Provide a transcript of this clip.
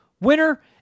winner